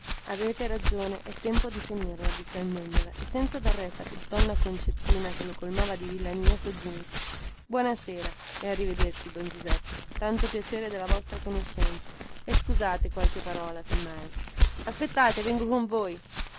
avete ragione è tempo di finirla disse il mendola e senza dar retta a donna concettina che lo colmava di villanie soggiunse buona sera e arrivederci don giuseppe tanto piacere della vostra conoscenza e scusate qualche parola se mai aspettate vengo con voi